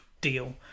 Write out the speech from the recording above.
deal